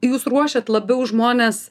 jūs ruošiat labiau žmones